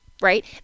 right